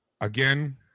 Again